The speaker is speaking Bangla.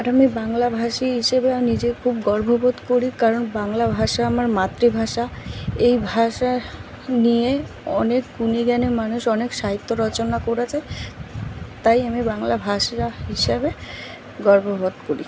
আর আমি বাংলাভাষী হিসেবে আমি যে খুব গর্ববোধ করি কারণ বাংলা ভাষা আমার মাতৃভাষা এই ভাষা নিয়ে অনেক গুণী জ্ঞানে মানুষ অনেক সাহিত্য রচনা করেছে তাই আমি বাংলা ভাষা হিসেবে গর্ববোধ করি